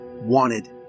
wanted